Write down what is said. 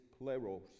pleros